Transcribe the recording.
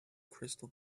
crystal